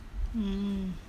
mm